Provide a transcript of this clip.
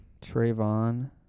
Trayvon